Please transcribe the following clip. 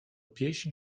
pieśń